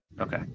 okay